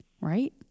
right